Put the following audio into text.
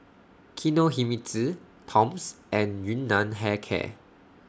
Kinohimitsu Toms and Yun Nam Hair Care